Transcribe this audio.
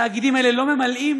התאגידים האלה לא ממלאים,